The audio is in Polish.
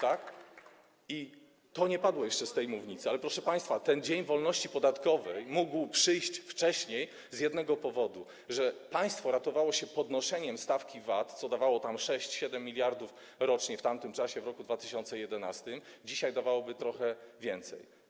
To nie padło jeszcze z tej mównicy, ale, proszę państwa, ten dzień wolności podatkowej mógł przyjść wcześniej z jednego powodu - państwo ratowało się podnoszeniem stawki VAT, co dawało 6–7 mld rocznie w tamtym czasie, w roku 2011, dzisiaj dawałoby trochę więcej.